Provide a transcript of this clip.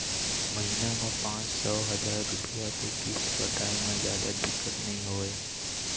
महिना म पाँच सौ, हजार रूपिया के किस्त पटाए म जादा दिक्कत नइ होवय